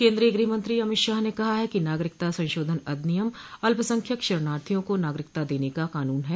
केन्द्रीय गृहमंत्री अमित शाह ने कहा है कि नागरिकता संशोधन अधिनियम अल्पसंख्यक शरणार्थियों को नागरिकता देने का कानून है